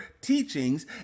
teachings